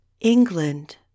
England